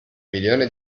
milione